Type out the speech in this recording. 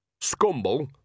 Scumble